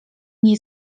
nie